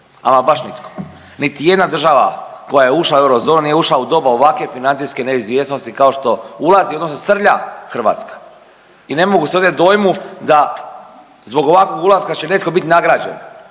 ama baš nitko. Niti jedna država koja je ušla u eurozonu nije ušla u doba ovakve financijske neizvjesnosti kao što ulazi, odnosno srlja Hrvatska. I ne mogu se oteti dojmu da zbog ovakvog ulaska će netko bit nagrađen